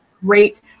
great